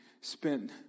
spent